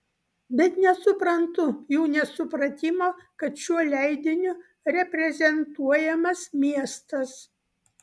bet nesuprantu jų nesupratimo kad šiuo leidiniu reprezentuojamas miestas